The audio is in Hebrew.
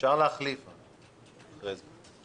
אפשר להחליף אחרי זה.